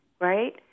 right